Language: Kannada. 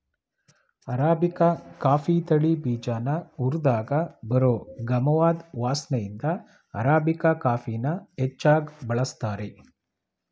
ಅರಾಬಿಕ ಕಾಫೀ ತಳಿ ಬೀಜನ ಹುರ್ದಾಗ ಬರೋ ಗಮವಾದ್ ವಾಸ್ನೆಇಂದ ಅರಾಬಿಕಾ ಕಾಫಿನ ಹೆಚ್ಚಾಗ್ ಬಳಸ್ತಾರೆ